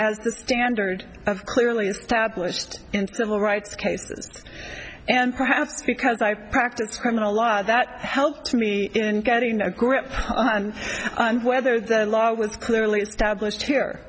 as the standard of clearly established and civil rights cases and perhaps because i practiced criminal law that helped me in getting a grip on whether the law would clearly established here